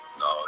no